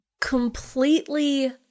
completely